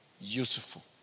useful